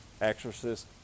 exorcist